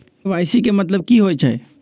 KYC के कि मतलब होइछइ?